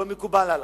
לא מקובל עלי.